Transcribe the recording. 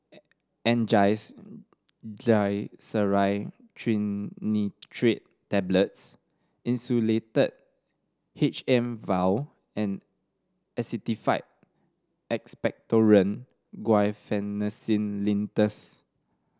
Angised Glyceryl Trinitrate Tablets Insulatard H M vial and Actified Expectorant Guaiphenesin Linctus